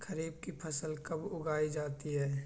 खरीफ की फसल कब उगाई जाती है?